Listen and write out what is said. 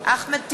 אחמד טיבי,